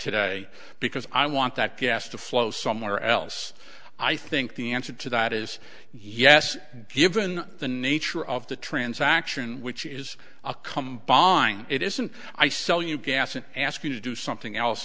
today because i want that gas to flow somewhere else i think the answer to that is yes given the nature of the transaction which is a combined it isn't i sell you gas and ask you to do something else